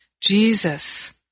Jesus